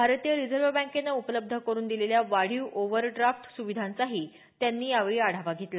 भारतीय रिझर्व्ह बँकेनं उपलब्ध करुन दिलेल्या वाढीव ओव्हरड्राफ्ट सुविधांचाही त्यांनी यावेळी उल्लेख केला